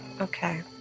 Okay